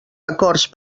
acords